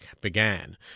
began